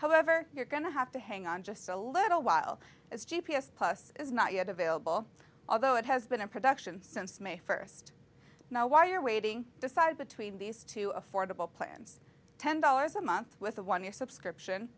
however you're going to have to hang on just a little while as g p s plus is not yet available although it has been in production since may first now while you're waiting decided between these two affordable plans ten dollars a month with a one year subscription